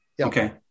Okay